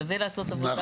שווה לעשות עבודה.